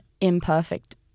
imperfect